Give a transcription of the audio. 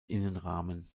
innenrahmen